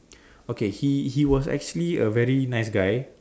okay he he was actually a very nice guy